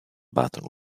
button